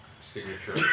signature